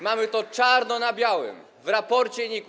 Mamy to czarno na białym - w raporcie NIK-u.